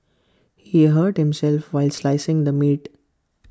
he hurt himself while slicing the meat